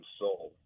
soul